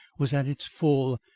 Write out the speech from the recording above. was at its full,